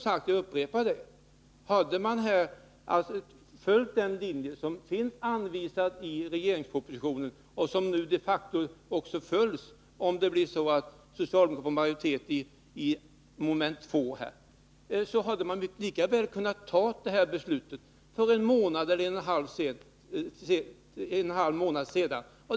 Jag upprepar att om man hade följt den linje som finns anvisad i regeringens proposition — och som nu de facto följs, om socialdemokraterna får majoritet vid mom. 2 — hade detta beslut lika väl kunnat fattas för en eller en och en halv månad sedan.